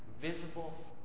visible